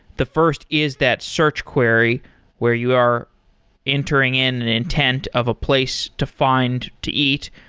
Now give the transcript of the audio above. the first is that search query where you are entering in an intent of a place to find to eat.